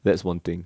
that's one thing